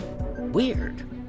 Weird